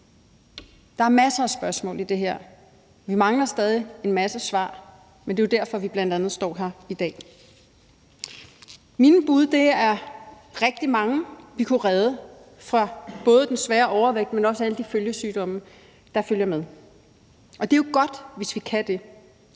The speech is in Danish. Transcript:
Der er masser af spørgsmål i det her. Vi mangler stadig en masse svar, men det er jo bl.a. derfor, vi står her i dag. Mit bud er, at det er rigtig mange, vi kunne redde fra både den svære overvægt, men også alle de følgesygdomme, der følger med. Det er jo godt, hvis vi kan det.